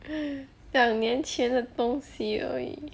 两年前的东西而已